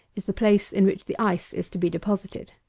is the place in which the ice is to be deposited.